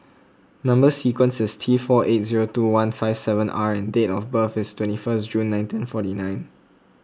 Number Sequence is T four eight zero two one five seven R and date of birth is twenty first June nineteen forty nine